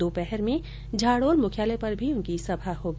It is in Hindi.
दोपहर में झाडोल मुख्यालय पर भी उनकी सभा होगी